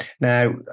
Now